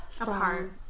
apart